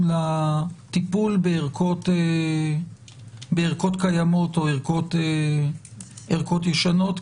לטיפול בערכות קיימות או ערכות ישנות,